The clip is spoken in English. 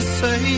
say